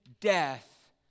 death